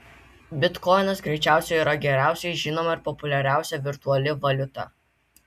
bitkoinas greičiausiai yra geriausiai žinoma ir populiariausia virtuali valiuta